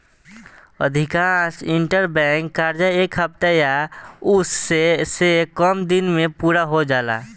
अधिकांश इंटरबैंक कर्जा एक हफ्ता या ओसे से कम दिन में पूरा हो जाला